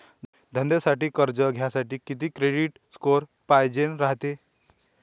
धंद्यासाठी कर्ज घ्यासाठी कितीक क्रेडिट स्कोर पायजेन रायते?